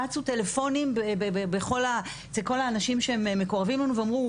רצו טלפונים אצל כל האנשים שמקורבים לנו ואמרו,